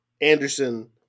Anderson